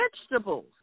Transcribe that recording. vegetables